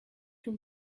can